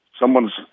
someone's